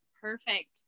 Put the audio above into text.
Perfect